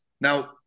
Now